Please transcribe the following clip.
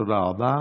תודה רבה.